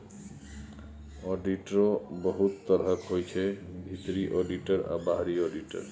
आडिटरो बहुत तरहक होइ छै भीतरी आडिटर आ बाहरी आडिटर